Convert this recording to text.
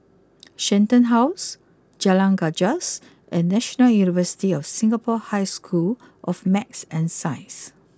Shenton house Jalan Gajus and National University of Singapore High School of Math and Science